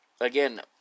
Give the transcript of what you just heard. Again